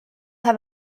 have